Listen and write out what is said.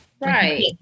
Right